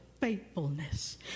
faithfulness